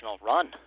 Run